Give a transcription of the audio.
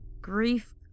grief